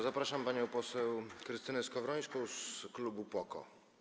Zapraszam panią poseł Krystynę Skowrońską z klubu PO-KO.